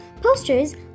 posters